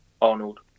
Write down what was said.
Arnold